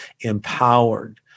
empowered